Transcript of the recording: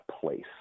place